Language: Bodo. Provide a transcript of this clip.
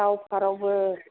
दाउ फारौबो